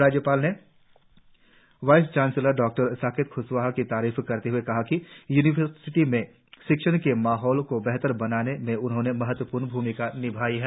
राज्यपाल ने vice chancellor डॉ साकेत क्शवाहा की तारीफ करते हए कहा कि यूनिवार्सिटी में शिक्षण के माहौल को बेहतर बनाने में उन्होंने महत्वपूर्ण भूमिका निभाई है